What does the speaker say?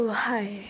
hi